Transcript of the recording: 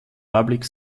public